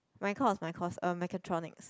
my course my course um mechatronics